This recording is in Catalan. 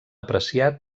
apreciar